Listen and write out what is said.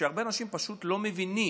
שהרבה אנשים פשוט לא מבינים